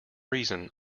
reason